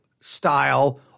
style